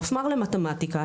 המפמ"ר למתמטיקה,